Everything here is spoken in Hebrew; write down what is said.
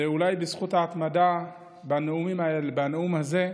ואולי בזכות ההתמדה בנאום הזה,